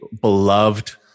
beloved